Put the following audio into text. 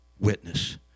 witness